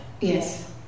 Yes